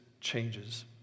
changes